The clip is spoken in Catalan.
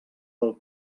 del